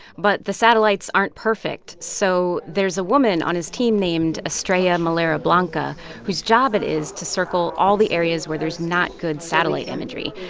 but the satellites aren't perfect. so there's a woman on his team named estrella melero-blanca whose job it is to circle all the areas where there's not good satellite imagery.